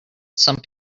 some